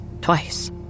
Twice